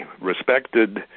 respected